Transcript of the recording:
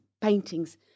paintings